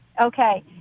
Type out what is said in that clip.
Okay